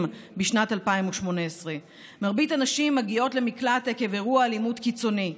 בשנת 2018. מרבית הנשים מגיעות למקלט עקב אירוע אלימות קיצוני.